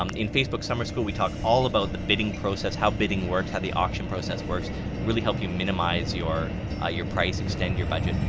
um in facebook summer school we talk all about the bidding process. how bidding works, how the auction process, really help you minimize your ah your price, extend your budget,